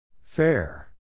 Fair